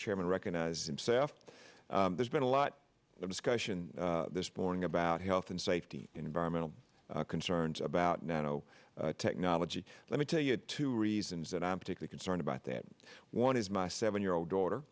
chairman recognize him self there's been a lot of discussion this morning about health and safety environmental concerns about nano technology let me tell you two reasons that i'm particular concerned about that one is my seven year old daughter